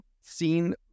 seen